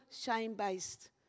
shame-based